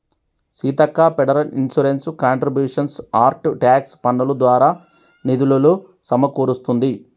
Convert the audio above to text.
Seethakka federal insurance contributions act tax పన్నులు దారా నిధులులు సమకూరుస్తుంది